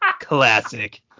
Classic